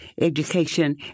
education